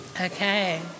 okay